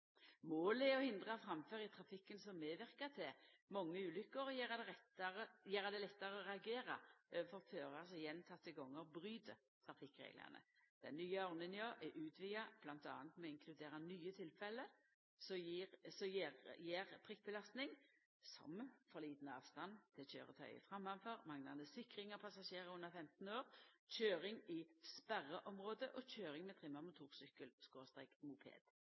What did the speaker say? Målet er å hindra framferd i trafikken som medverkar til mange ulukker, og å gjera det lettare å reagera overfor førarar som gjentekne gonger bryt trafikkreglane. Den nye ordninga er utvida bl.a. ved å inkludera nye tilfelle som gjev prikkbelastning, som for liten avstand til køyretøyet framfor, manglande sikring av passasjerar under 15 år, køyring i sperreområde og køyring med trimma